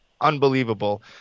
unbelievable